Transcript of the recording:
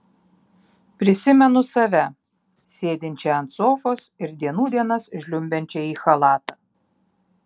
prisimenu save sėdinčią ant sofos ir dienų dienas žliumbiančią į chalatą